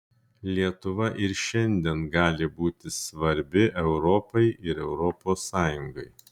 lietuva ir šiandien gali būti svarbi europai ir europos sąjungai